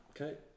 Okay